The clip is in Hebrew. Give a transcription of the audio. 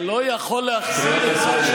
אתה לא יכול להחזיר את מה ששלך.